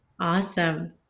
Awesome